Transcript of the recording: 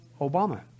Obama